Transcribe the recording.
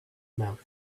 mouth